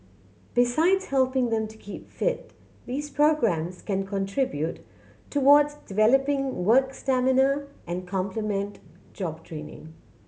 besides helping them to keep fit these programmes can contribute towards developing work stamina and complement job training